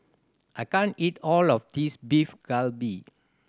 I can't eat all of this Beef Galbi